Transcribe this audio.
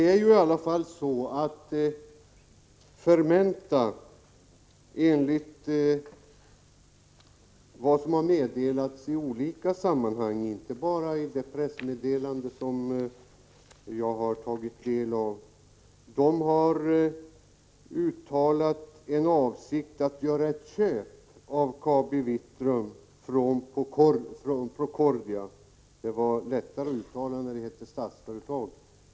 Det är dock så att Fermenta enligt vad som har meddelats i olika sammanhang —- inte bara i det pressmeddelande som jag har tagit del av — har uttalat avsikt att köpa KabiVitrum från Procordia. När uttalandet gjordes hette företaget Statsföretag.